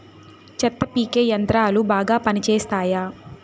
చెత్త పీకే యంత్రాలు బాగా పనిచేస్తాయా?